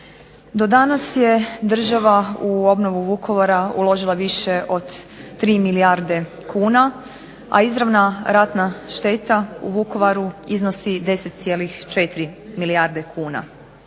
Do danas je država u obnovu Vukovara uložila više od 3 milijarde kuna, a izravna ratna šteta u Vukovaru iznosi 10,4 milijarde kuna.